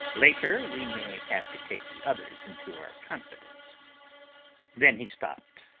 later, we may have to take the others into our confidence then he stopped,